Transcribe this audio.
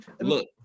look